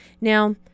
Now